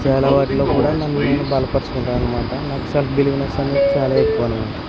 చాలా వాటిలో కూడా నన్ను నేను బలపరచుకుంటాను అన్నమాట నాకు సెల్ఫ్ బిలీవ్నెస్ అనేది చాలా ఎక్కువ అన్నమాట